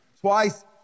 Twice